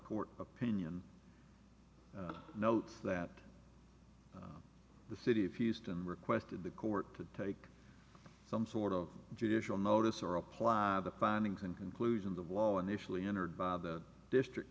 court opinion note that the city of houston requested the court to take some sort of judicial notice or apply the findings and conclusions of law and usually entered by the district